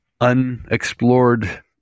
unexplored